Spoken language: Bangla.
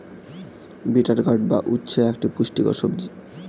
বিটার গার্ড বা উচ্ছে একটি পুষ্টিকর সবজি